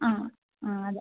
ആ ആ അതെ